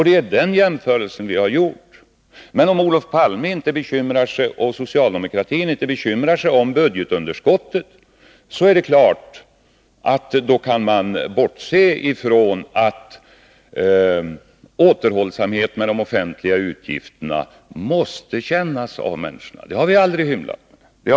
Det är den jämförelsen vi har gjort. Men om Olof Palme och socialdemokratin inte bekymrar sig om budgetunderskottet är det klart att de kan bortse från att återhållsamhet med de offentliga utgifterna måste kännas av människorna. Det har vi aldrig hymlat med.